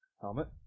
Helmet